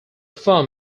farm